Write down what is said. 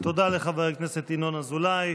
תודה לחבר הכנסת ינון אזולאי.